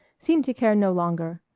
seemed to care no longer.